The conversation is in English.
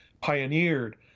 pioneered